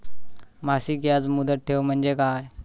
मासिक याज मुदत ठेव म्हणजे काय?